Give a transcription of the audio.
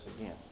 again